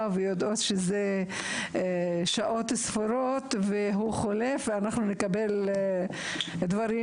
ויודעות שזה שעות ספורות והוא חולף ואנחנו נקבל דברים